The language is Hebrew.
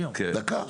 דקה.